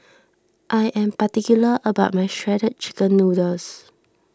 I am particular about my Shredded Chicken Noodles